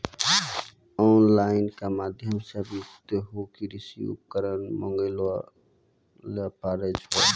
on line के माध्यम से भी तोहों कृषि उपकरण मंगाय ल पारै छौ